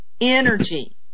energy